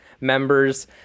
members